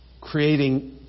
Creating